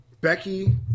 Becky